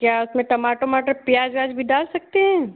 क्या उसमें टमाटर वमाटर प्याज़ व्याज भी डाल सकते हैं